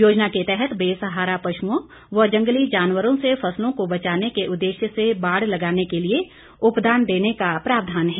योजना के तहत बेसहारा पशुओं व जंगली जानवरों से फसलों को बचाने के उददेश्य से बाड़ लगाने के लिए उपदान देने का प्रावधान है